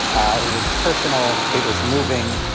it was personal. it was moving.